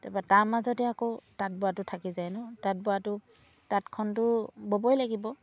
তাৰপৰা তাৰ মাজতে আকৌ তাঁত বোৱাটো থাকি যায় ন তাঁত বোৱাটো তাঁতখনটো ব'বই লাগিব